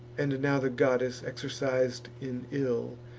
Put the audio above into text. and now the goddess, exercis'd in ill,